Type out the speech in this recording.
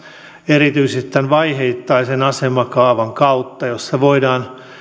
erityisesti vaiheittaisen asemakaavan kautta jossa voidaan